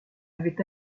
avaient